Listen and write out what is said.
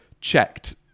checked